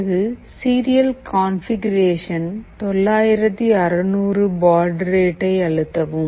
பிறகு serial configuration 9600 baud ரேட்டை அழுத்தவும்